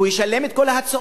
הוא ישלם את כל ההוצאות,